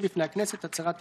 הכול מוזר.